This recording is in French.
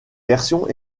versions